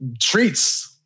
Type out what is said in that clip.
treats